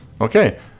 okay